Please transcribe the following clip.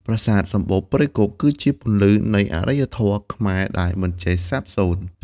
ប្រាសាទសំបូរព្រៃគុក គឺជាពន្លឺនៃអរិយធម៌ខ្មែរដែលមិនចេះសាបសូន្យ។